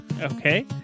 Okay